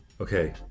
Okay